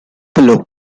below